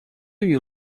you